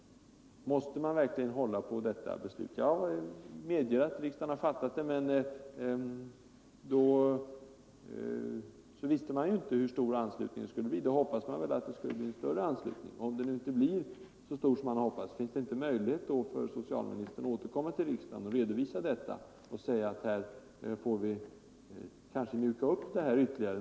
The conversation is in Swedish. Måste man verkligen hålla på detta beslut? Jag medger att riksdagen har fattat beslutet. Men då visste man inte hur stor anslutningen skulle bli. Då hoppades man att den skulle bli större. Om den nu inte blir så stor som man har hoppats, finns det då inte möjlighet för socialministern att återkomma till riksdagen och redovisa detta och ta initiativ till att mjuka upp bestämmelserna ytterligare?